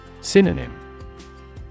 Synonym